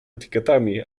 etykietami